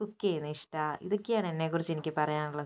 cook ചെയ്യുന്നത് ഇഷ്ടമാണ് ഇതൊക്കെയാണ് എന്നെക്കുറിച്ച് എനിക്ക് പറയാനുള്ളത്